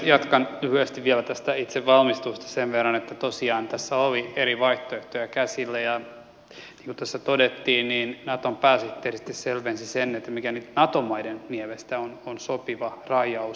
jatkan lyhyesti vielä tästä itse valmistelusta sen verran että tosiaan tässä oli eri vaihtoehtoja käsillä ja niin kuin tässä todettiin niin naton pääsihteeri sitten selvensi sen mikä nyt nato maiden mielestä on sopiva rajaus